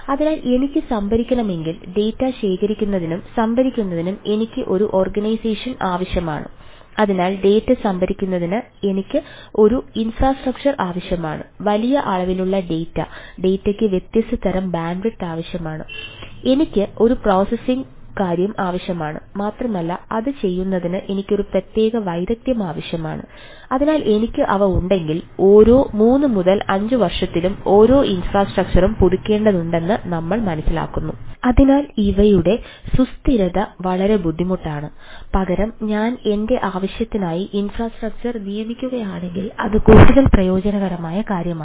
അതിനാൽ എനിക്ക് സംഭരിക്കണമെങ്കിൽ ഡാറ്റനിയമിക്കുകയാണെങ്കിൽ അത് കൂടുതൽ പ്രയോജനകരമായ കാര്യമാണ്